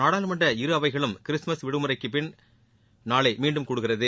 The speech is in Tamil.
நாடாளுமன்ற இரு அவைகளும் கிறிஸ்துமஸ் விடுமுறைக்குப் பின்பு நாளை மீண்டும் கூடுகிறது